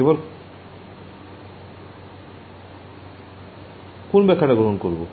এবার কোন ব্যখ্যা টা গ্রহন করবো